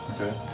Okay